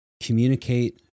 communicate